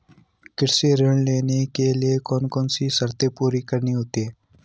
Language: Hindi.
कृषि ऋण लेने के लिए कौन कौन सी शर्तें पूरी करनी होती हैं?